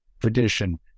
tradition